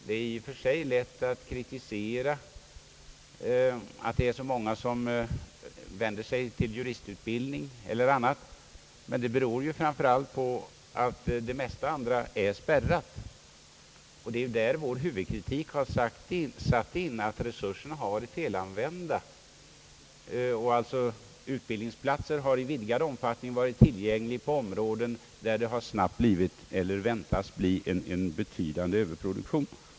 Det är i och för sig lätt att kritisera att så många söker sig till juristutbildning eller annan fri utbildning, men det beror framför allt på att de flesta andra ämnen är spärrade. Det är där vår huvudkritik har satts in. Resurserna har varit felanvända. Utbildningsplatser har i vidgad omfattning varit tillgängliga på områden där det snabbt har blivit eller väntas bli en betydande överproduktion.